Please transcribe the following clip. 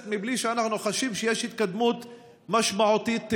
בלי שאנחנו חשים שיש התקדמות משמעותית בנושא,